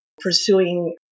pursuing